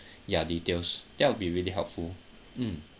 ya details that will be really helpful mm